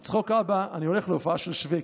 בצחוק, אבא, אני הולך להופעה של שווקי.